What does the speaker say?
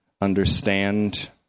understand